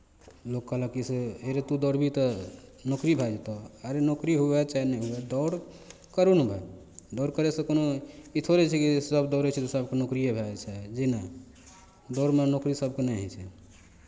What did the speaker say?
लोक कहलक कि से हे रे तू दौड़बिही तऽ नौकरी भए जेतहु अरे नौकरी हुए चाहे नहि हुए दौड़ करू ने भाय दौड़ करयसँ कोनो ई थोड़े छै कि सभ दौड़ै छै तऽ सभकेँ नौकरीए भए जाइ छै जी नहि दौड़मे नौकरी सभकेँ नहि होइ छै